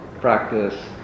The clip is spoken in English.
Practice